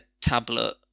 tablet